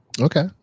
Okay